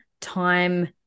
time